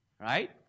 Right